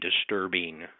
disturbing